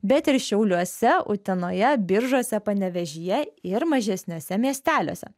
bet ir šiauliuose utenoje biržuose panevėžyje ir mažesniuose miesteliuose